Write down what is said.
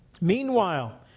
Meanwhile